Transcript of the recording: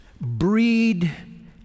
breed